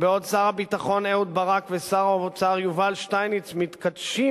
"בעוד שר הביטחון אהוד ברק ושר האוצר יובל שטייניץ מתכתשים